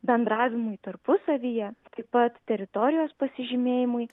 bendravimui tarpusavyje taip pat teritorijos pasižymėjimui